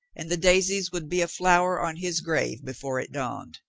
and the daisies would be a-flower on his grave before it dawned.